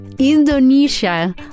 Indonesia